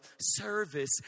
service